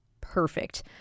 perfect